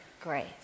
grace